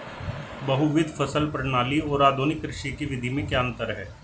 बहुविध फसल प्रणाली और आधुनिक कृषि की विधि में क्या अंतर है?